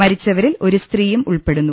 മരിച്ചവരിൽ ഒരു സ്ത്രീയും ഉൾപ്പെടുന്നു